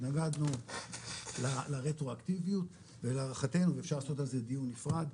התנגדנו לרטרואקטיביות ולהערכתנו אפשר לעשות על זה דיון נפרד.